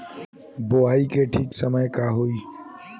बुआई के ठीक समय का होखे?